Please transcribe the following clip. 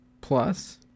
plus